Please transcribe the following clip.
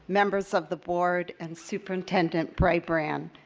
members of the board, and superintendent brabrand.